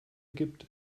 gibt